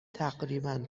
تقریبا